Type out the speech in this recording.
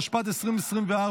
התשפ"ד 2024,